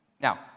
Now